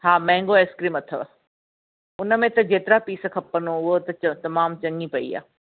हा mango ice cream अथव उनमें त जेतिरा पीस खपनव हूअ त तमामु चङी पई आहे